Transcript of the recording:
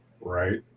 Right